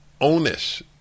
onus